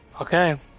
Okay